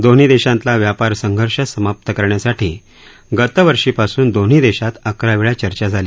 दोन्ही देशातला व्यापार संघर्ष समाप्त करण्यासाठी गतवर्षीपासून दोन्ही देशात अकरावेळा चर्चा झाली